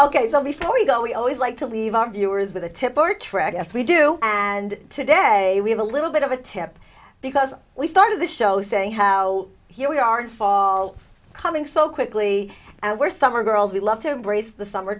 ok so before we go we always like to leave our viewers with a tip or trick as we do and today we have a little bit of a tip because we started the show saying how here we are in fall coming so quickly we're summer girls we love to embrace the summer